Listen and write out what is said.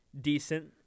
decent